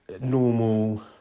normal